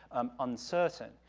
um, uncertain,